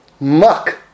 muck